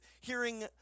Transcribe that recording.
hearing